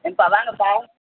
என்னப்பா வாங்கப்பா